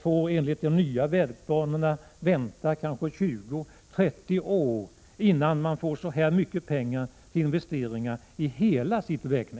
får man enligt det nya vägplanerna vänta kanske 20-30 år, innan man får så här mycket pengar till investeringar i hela länets vägnät.